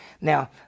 Now